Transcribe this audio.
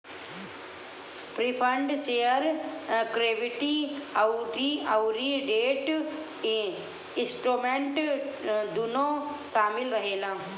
preferred share equity अउरी debt instrument दूनो शामिल रहेला